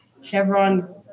Chevron